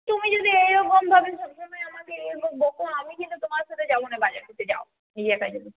তুমি যদি এইরকমভাবে সবসময় আমাকে এরকম বকো আমি কিন্তু তোমার সাথে যাব না বাজার করতে যাও নিজের কাজে যাও